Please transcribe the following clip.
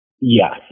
Yes